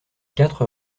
quatre